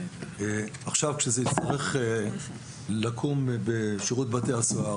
כשזה יצטרך לקום בשירות בתי הסוהר,